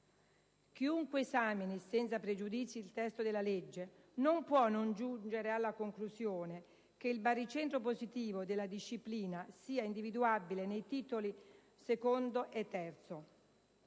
Chiunque esamini senza pregiudizi il testo della legge non può non giungere alla conclusione che il baricentro positivo della disciplina sia individuabile nei Titoli II e III.